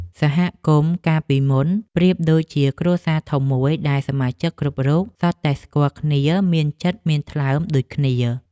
សហគមន៍កាលពីមុនប្រៀបដូចជាគ្រួសារធំមួយដែលសមាជិកគ្រប់រូបសុទ្ធតែស្គាល់គ្នាមានចិត្តមានថ្លើមដូចគ្នា។